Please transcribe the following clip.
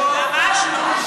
ממש לא.